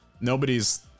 nobody's